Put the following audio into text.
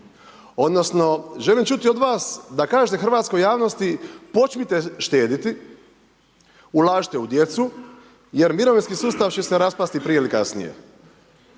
odnosno želim čuti od vas da kažete hrvatskoj javnosti počnite štediti, ulažite u djecu jer mirovinski sustav će se raspasti prije ili kasnije.